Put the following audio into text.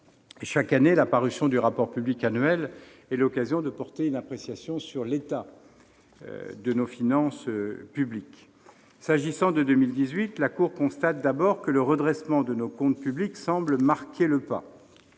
Chaque année, la parution du rapport public annuel est l'occasion de porter une appréciation sur l'état de nos finances publiques. S'agissant de 2018, la Cour constate d'abord que le redressement de nos comptes publics semble marquer le pas.